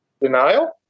Denial